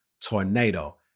Tornado